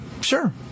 Sure